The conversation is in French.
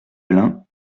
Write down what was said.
blein